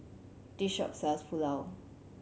this shop sells Pulao